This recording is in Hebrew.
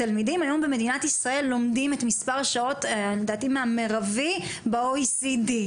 תלמידי ישראל לומדים את מספר השעות המרבי ב-OECD,